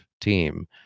team